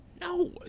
No